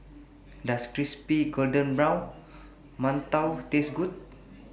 Does Crispy Golden Brown mantou Taste Good